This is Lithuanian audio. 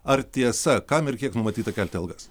ar tiesa kam ir kiek numatyta kelti algas